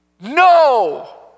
No